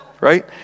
right